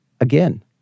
again